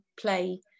play